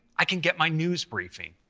i can get my news briefing.